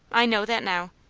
i know that now.